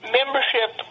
membership